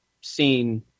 seen